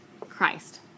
Christ